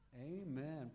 Amen